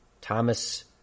Thomas